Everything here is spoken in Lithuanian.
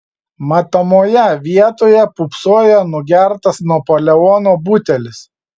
matomoje vietoj pūpsojo nugertas napoleono butelis